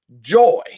joy